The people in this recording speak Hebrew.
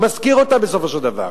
הוא משכיר אותן, בסופו של דבר.